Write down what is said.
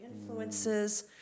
influences